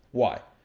why?